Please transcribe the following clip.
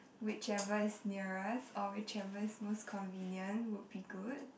whichever is nearest or whichever is most convenient would be good